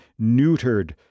neutered